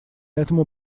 этому